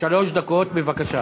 שלוש דקות, בבקשה.